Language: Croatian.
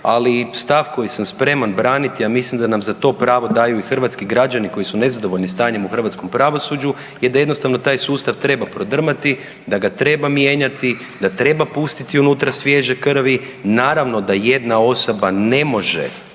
ali stav koji sam spreman braniti, a mislim da nam za to pravo daju i hrvatski građani koji su nezadovoljni stanjem u hrvatskom pravosuđu je da jednostavno taj sustav treba prodrmati, da ga treba mijenjati, da treba pustiti unutra svježe krvi, naravno da jedna osoba ne može